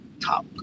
Talk